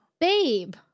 Babe